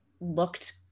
looked